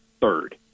third